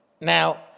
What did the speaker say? Now